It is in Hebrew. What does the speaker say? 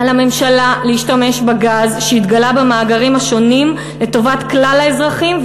על הממשלה להשתמש בגז שהתגלה במאגרים השונים לטובת כלל האזרחים,